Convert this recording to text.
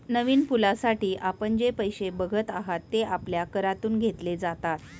नवीन पुलासाठी आपण जे पैसे बघत आहात, ते आपल्या करातून घेतले जातात